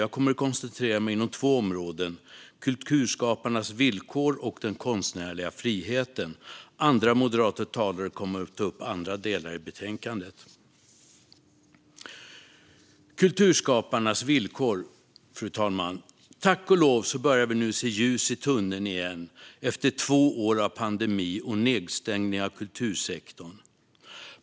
Jag kommer att koncentrera mig på två områden, kulturskaparnas villkor och den konstnärliga friheten. Andra moderata talare kommer att ta upp andra delar i betänkandet. Jag börjar med kulturskaparnas villkor, fru talman. Tack och lov börjar vi nu se ljuset i tunneln igen, efter två år av pandemi och nedstängning av kultursektorn.